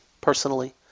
personally